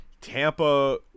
Tampa